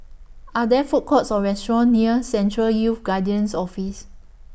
Are There Food Courts Or restaurants near Central Youth Guidance Office